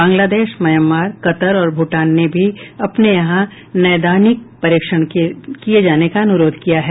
Bangladesh Myanmar Qatar और भूटान ने भी अपने यहां नैदानिक परीक्षण किए जाने का अनुरोध किया है